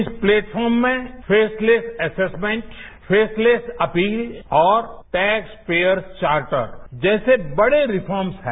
इस प्लेटफॉर्म में faceless assessment faceless appeal और टेक्सपेयर चार्टर जैसे बड़े रिफार्मस हैं